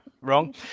wrong